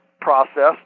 process